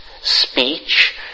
Speech